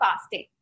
fasting